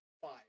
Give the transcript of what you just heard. five